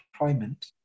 employment